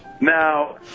Now